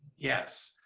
yes,